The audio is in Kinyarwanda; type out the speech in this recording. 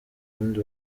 kundi